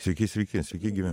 sveiki sveiki sveiki gyvi